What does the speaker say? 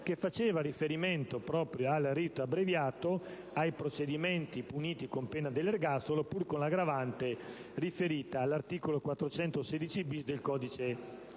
che faceva riferimento proprio al rito abbreviato ed ai procedimenti puniti con la pena dell'ergastolo, pur con l'aggravante riferita all'articolo 416-*bis* del codice penale,